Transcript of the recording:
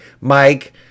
Mike